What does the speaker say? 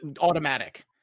automatic